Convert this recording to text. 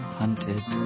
hunted